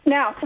Now